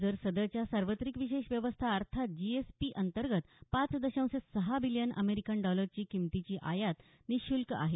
जर सदरच्या सार्वत्रिक विशेष व्यवस्था अर्थात जी एस पी अंतर्गत पाच दशांश सहा बिलीयन अमेरिकन डॉलर किंमतीची आयात निशुल्क आहे